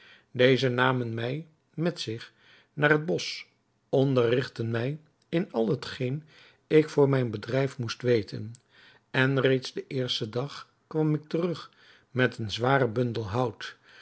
deze namen mij met zich naar het bosch onderrigtten mij in al hetgeen ik voor mijn bedrijf moest weten en reeds den eersten dag kwam ik terug met een zwaren bundel hout